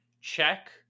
check